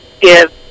give